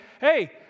hey